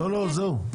לא, זהו.